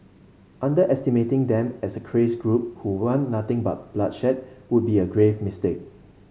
underestimating them as a crazed group who want nothing but bloodshed would be a grave mistake